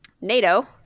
NATO